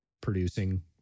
producing